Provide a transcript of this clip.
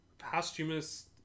posthumous